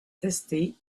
testée